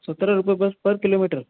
सत्रह रुपए बस पर किलोमीटर